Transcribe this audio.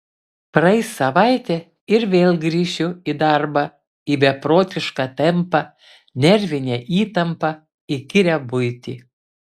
praeis savaitė ir vėl grįšiu į darbą į beprotišką tempą nervinę įtampą įkyrią buitį